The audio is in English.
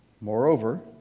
Moreover